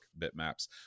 bitmaps